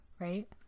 Right